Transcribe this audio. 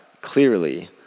clearly